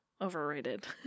overrated